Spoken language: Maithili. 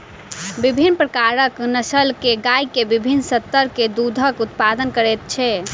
विभिन्न प्रकारक नस्ल के गाय के विभिन्न स्तर के दूधक उत्पादन करैत अछि